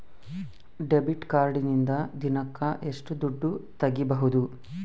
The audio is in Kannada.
ಡೆಬಿಟ್ ಕಾರ್ಡಿನಿಂದ ದಿನಕ್ಕ ಎಷ್ಟು ದುಡ್ಡು ತಗಿಬಹುದು?